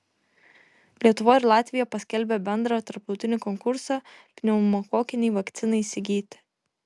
lietuva ir latvija paskelbė bendrą tarptautinį konkursą pneumokokinei vakcinai įsigyti